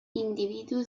individu